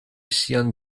sian